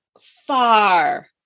far